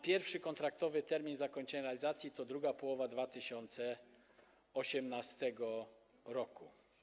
Pierwszy kontraktowy termin zakończenia realizacji to II połowa 2018 r.